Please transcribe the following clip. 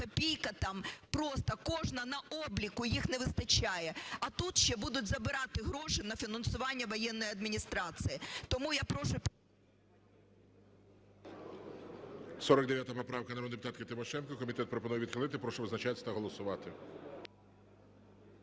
копійка там просто кожна на обліку, їх не вистачає, а тут ще будуть забирати гроші на фінансування воєнної адміністрації. Тому я прошу… ГОЛОВУЮЧИЙ. 49 поправка, народної депутатки Тимошенко. Комітет пропонує відхилити. Прошу визначатись та голосувати.